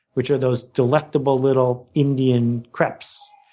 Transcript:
which are those delectable little indian crepes.